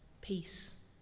peace